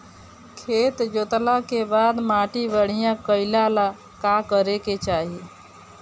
खेत जोतला के बाद माटी बढ़िया कइला ला का करे के चाही?